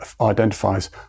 identifies